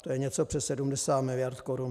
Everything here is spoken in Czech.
To je něco přes 70 miliard korun.